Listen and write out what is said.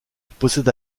possède